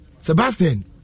Sebastian